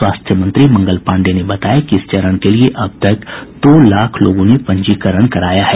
स्वास्थ्य मंत्री मंगल पांडेय ने बताया कि इस चरण के लिये अब तक दो लाख लोगों ने पंजीकरण कराया है